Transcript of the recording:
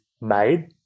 made